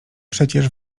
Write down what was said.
przecież